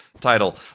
title